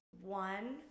one